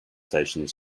stationed